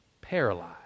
paralyzed